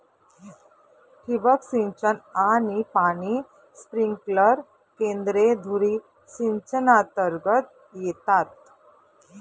ठिबक सिंचन आणि पाणी स्प्रिंकलर केंद्रे धुरी सिंचनातर्गत येतात